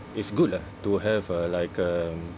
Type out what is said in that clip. it's good lah to have a like um